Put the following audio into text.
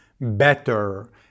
better